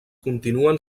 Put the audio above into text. continuen